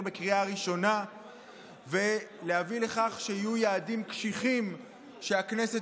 בקריאה ראשונה ולהביא לכך שיהיו יעדים קשיחים שהכנסת